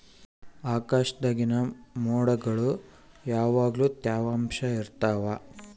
ಆಕಾಶ್ದಾಗಿನ ಮೊಡ್ಗುಳು ಯಾವಗ್ಲು ತ್ಯವಾಂಶ ಇರ್ತವ